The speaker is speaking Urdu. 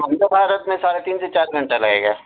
وندے بھارت میں ساڑھے تین سے چار گھنٹہ لگے گا